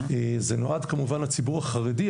זה נועד כמובן לציבור החרדי,